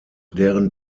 deren